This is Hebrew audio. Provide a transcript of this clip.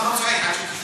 אני לא צועק, רק שתשמע.